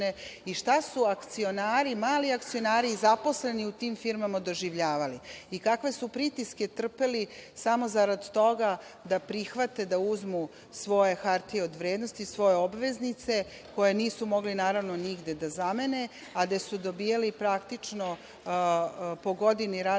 i šta su akcionari, mali akcionari i zaposleni u tim firmama doživljavali i kakve su pritiske trpeli samo zarad toga da prihvate da uzmu svoje hartije od vrednosti, svoje obveznice, koje nisu mogli, naravno, nigde da zamene, a da su praktično dobijali po godini radnog